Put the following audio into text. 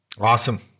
Awesome